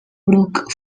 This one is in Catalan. bruc